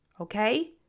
Okay